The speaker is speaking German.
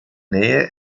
nähe